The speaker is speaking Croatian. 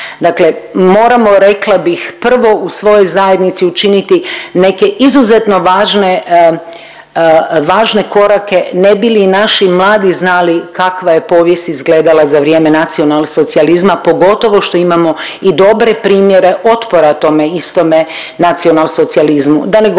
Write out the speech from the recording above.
Dakle, moramo rekla bih prvo u svojoj zajednici učiniti neke izuzetno važne, važne korake ne bi li naši mladi znali kakva je povijest izgledala za vrijeme nacionalsocijalizma pogotovo što imamo i dobre primjere otpora tome istome nacionalsocijalizmu.